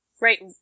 right